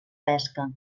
pesca